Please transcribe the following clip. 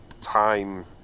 time